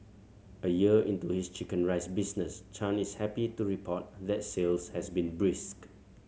a year into his chicken rice business Chan is happy to report that sales has been brisk